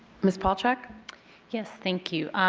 ms. palchik. yes. thank you.